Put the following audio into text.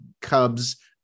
Cubs